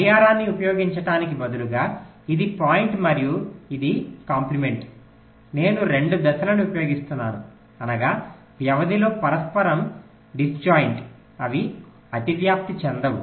గడియారాన్ని ఉపయోగించటానికి బదులుగా ఇది పాయింట్ మరియు ఇది కంప్లీమెంట్ నేను రెండు దశలను ఉపయోగిస్తున్నాను అనగా వ్యవధిలో పరస్పరం డిస్జాయింట్ అవి అతివ్యాప్తి చెందవు